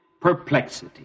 perplexity